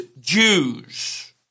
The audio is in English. Jews